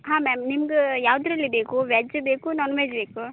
ಹಾಂ ಮ್ಯಾಮ್ ನಿಮ್ಗೆ ಯಾವುದ್ರಲ್ಲಿ ಬೇಕು ವೆಜ್ ಬೇಕಾ ನಾನ್ವೆಜ್ ಬೇಕಾ